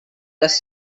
les